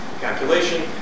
calculation